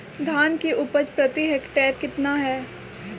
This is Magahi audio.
धान की उपज प्रति हेक्टेयर कितना है?